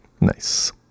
Nice